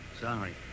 Sorry